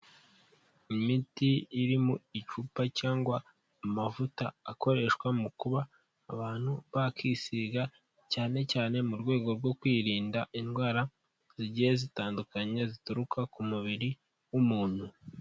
Imiti mu icupa cyangwa amavuta akoreshwa mu kuba abantu bakisiga, cyane cyane mu rwego rwo kwirinda indwara zigiye zitandukanye zituruka ku mubiri w'umuntu.